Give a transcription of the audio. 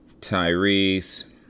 Tyrese